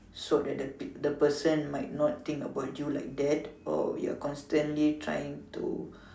so that the person might not think about you like that or we are constantly trying to